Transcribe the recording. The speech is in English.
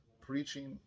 preaching